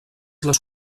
les